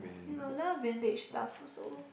ya a lot vintage stuff also